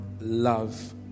love